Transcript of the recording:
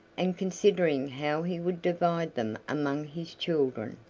and considering how he would divide them among his children.